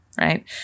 Right